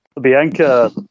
Bianca